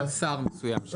זה בדרך כלל שר מצוין שם.